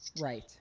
Right